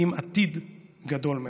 עם עתיד גדול מאוד.